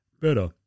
better